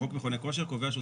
חוק מכוני כושר קובע שהוא צריך.